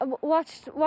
watched